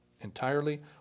entirely